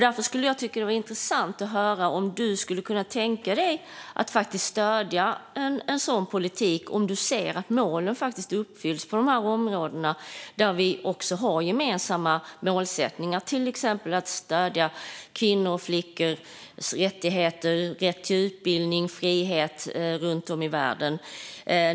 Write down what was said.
Därför tycker jag att det vore intressant att höra om ledamoten kan tänka sig att stödja en sådan politik om målen uppfylls på de områden där vi har gemensamma målsättningar, till exempel att stödja kvinnors och flickors rättigheter, såsom rätt till utbildning och frihet, runt om i världen.